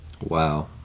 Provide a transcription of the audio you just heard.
Wow